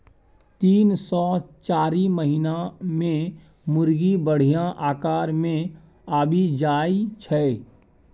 तीन सँ चारि महीना मे मुरगी बढ़िया आकार मे आबि जाइ छै